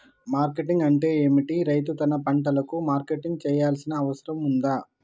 Marketing అంటే ఏమిటి? రైతు తన పంటలకు మార్కెటింగ్ చేయాల్సిన అవసరం ఉందా?